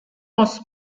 was